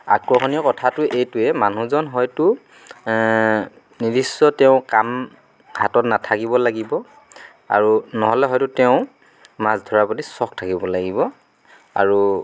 আকৰ্ষণীয় কথাটো এইটোৱে মানুহজন হয়তো নিৰ্দিষ্ট তেওঁৰ কাম হাতত নাথাকিব লাগিব আৰু নহ'লে হয়তো তেওঁ মাছ ধৰাৰ প্ৰতি চখ থাকিব লাগিব আৰু